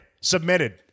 submitted